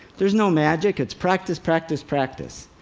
there's no magic it's practice, practice, practice.